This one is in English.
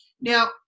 now